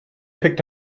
picked